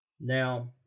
Now